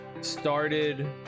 started